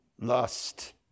Lust